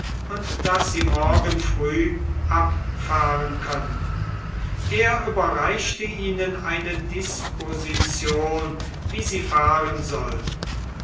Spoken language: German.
daß sie morgen früh abfahren könnten er überreichte ihnen eine disposition wie sie fahren sollten